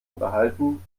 unterhalten